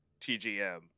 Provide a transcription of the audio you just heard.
TGM